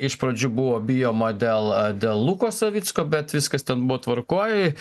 iš pradžių buvo bijoma dėl e dėl luko savicko bet viskas ten buvo tvarkoj